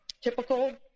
typical